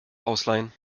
ausleihen